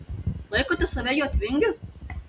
laikote save jotvingiu